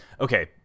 Okay